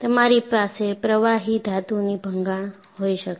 તમારી પાસે પ્રવાહી ધાતુની ભંગાણ હોઈ શકે છે